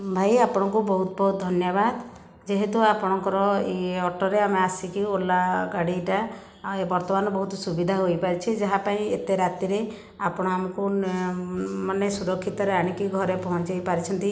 ଭାଇ ଆପଣଙ୍କୁ ବହୁତ ବହୁତ ଧନ୍ୟବାଦ ଯେହେତୁ ଆପଣଙ୍କର ଇଏ ଅଟୋରେ ଆମେ ଆସିକି ଓଲା ଗାଡ଼ିଟା ଆଉ ଏ ବର୍ତ୍ତମାନ ବହୁତ ସୁବିଧା ହୋଇପାରିଛି ଯାହା ପାଇଁ ଏତେ ରାତିରେ ଆପଣ ଆମକୁ ମନେ ସୁରକ୍ଷିତରେ ଆଣିକି ଘରେ ପହଞ୍ଚାଇ ପାରିଛନ୍ତି